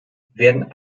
werden